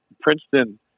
Princeton